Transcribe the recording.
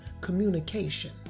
communication